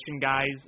guys